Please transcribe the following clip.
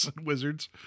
Wizards